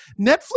Netflix